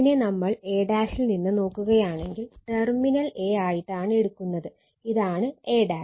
ഇതിനെ നമ്മൾ a ൽ നിന്ന് നോക്കുകയാണെങ്കിൽ ടെർമിനൽ a ആയിട്ടാണ് എടുക്കുന്നത് ഇതാണ് a